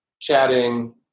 chatting